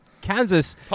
Kansas